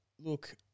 look